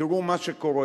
תראו מה שקורה,